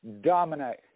dominate